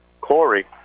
Corey